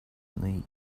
knee